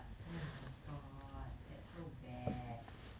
oh my god that's so bad